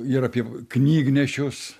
ir apie knygnešius